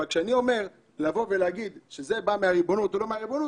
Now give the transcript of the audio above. אבל לבוא ולהגיד שזה בא מהריבונות או לא מהריבונות